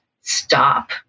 stop